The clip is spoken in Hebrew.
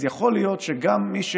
אז יכול להיות שגם מי,